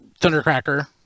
Thundercracker